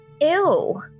ew